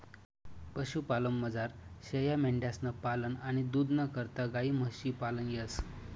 पशुपालनमझार शेयामेंढ्यांसनं पालन आणि दूधना करता गायी म्हशी पालन येस